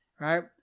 Right